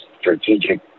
strategic